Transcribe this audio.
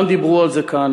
כולם דיברו על זה כאן.